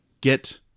get